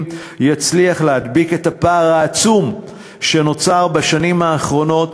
יצליח להדביק את הפער העצום שנוצר בשנים האחרונות,